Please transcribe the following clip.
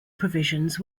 provisions